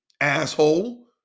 asshole